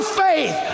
faith